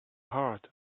heart